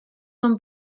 tom